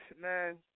man –